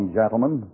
gentlemen